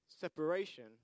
separation